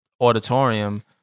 auditorium